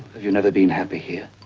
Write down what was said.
have you never been happy here?